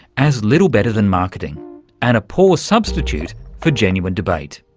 as little better than marketing and a poor substitute for genuine debate.